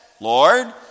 Lord